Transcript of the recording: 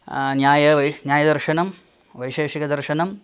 न्याय न्यायदर्शनं वैशेषिकदर्शनं